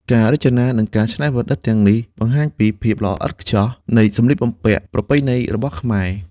ការរចនានិងការច្នៃប្រឌិតទាំងនេះ បង្ហាញពី ភាពល្អឥតខ្ចោះនៃសម្លៀកបំពាក់ប្រពៃណី របស់ខ្មែរ។